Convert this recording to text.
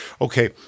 Okay